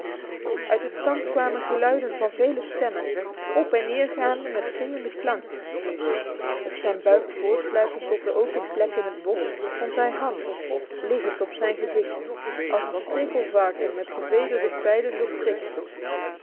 uit het kamp kwamen geluiden van vele stemmen op en neer gaande met zingende klank op zijn buik voortsluipend tot de open plek in het bos vond hij hans liggend op zijn gezicht als een stekelvarken met gevederde pijlen